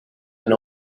and